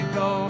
go